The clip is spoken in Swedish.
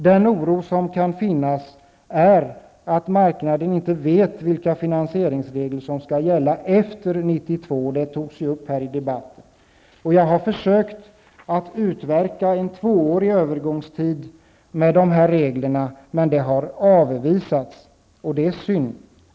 Den oro som kan finnas gäller att marknaden inte vet vilka finansieringsregler som skall gälla efter 1992, något som har tagits upp här i dag. Jag har försökt att utverka en tvåårig övergångstid med dessa regler, men det har avvisats. Det är synd.